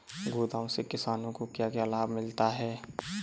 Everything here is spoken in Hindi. गोदाम से किसानों को क्या क्या लाभ मिलता है?